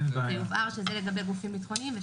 שיובהר שזה לגבי גופים ביטחוניים.